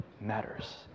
matters